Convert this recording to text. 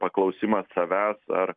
paklausimas savęs ar